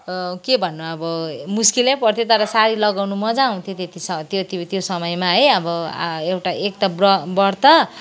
के भन्नु अब मुस्किलै पऱ्थ्यो तर साडी लगाउनु मजा आउँथ्यो त्यति त्यो समयमा है अब एउटा एक त ब्र व्रत